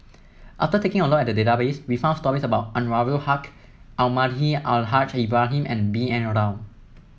after taking a look at the database we found stories about Anwarul Haque Almahdi Al Haj Ibrahim and B N Rao